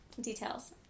details